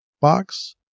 box